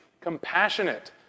compassionate